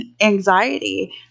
anxiety